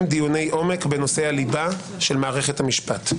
דיוני עומק בנושאי הליבה של מערכת המשפט.